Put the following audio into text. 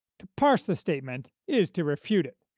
to parse the statement is to refute it.